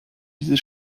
dieses